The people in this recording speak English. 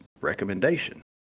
recommendation